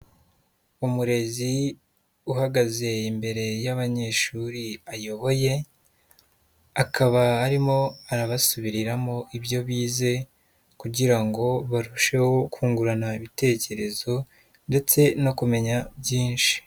Umurezi uhagaze imbere y'abanyeshuri ayoboye, akaba arimo arabasubiriramo ibyo bize, kugira ngo barusheho kungurana ibitekerezo ndetse no kumenya byinshi.